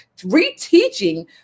reteaching